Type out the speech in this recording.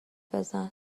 بزن